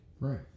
Right